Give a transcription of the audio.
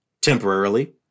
temporarily